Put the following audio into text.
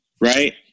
right